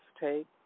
take